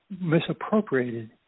misappropriated